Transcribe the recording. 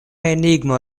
enigmo